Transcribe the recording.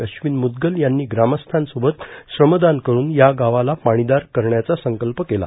अश्विन मुद्गल यांनी ग्रामस्थांसोबत श्रमदान करुन या गावाला पाणीदार करण्याचा संकल्प केला